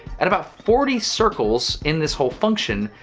at about forty circles in this whole function,